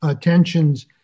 tensions